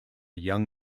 young